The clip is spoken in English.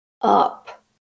up